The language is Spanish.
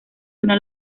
una